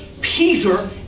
Peter